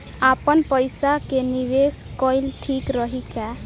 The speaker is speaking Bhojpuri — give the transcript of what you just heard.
आपनपईसा के निवेस कईल ठीक रही का?